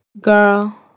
Girl